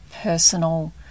personal